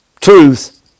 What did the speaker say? truth